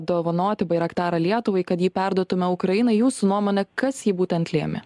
dovanoti bairaktarą lietuvai kad ji perduotume ukrainai jūsų nuomone kas jį būtent lėmė